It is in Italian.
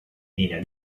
linea